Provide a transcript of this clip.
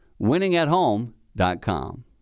winningathome.com